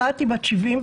אחת בת 73,